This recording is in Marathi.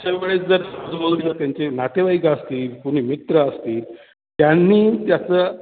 त्याच्यावेळेस जर आजूबाजूला त्यांचे नातेवाईक असतील कुणी मित्र असतील त्यांनी त्याचं